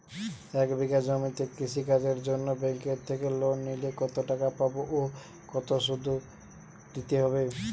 এক বিঘে জমিতে কৃষি কাজের জন্য ব্যাঙ্কের থেকে লোন নিলে কত টাকা পাবো ও কত শুধু দিতে হবে?